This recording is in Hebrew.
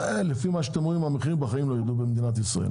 לפי מה שאתם אומרים המחירים לא ירדו בחיים במדינת ישראל.